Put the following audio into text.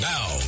Now